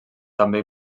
també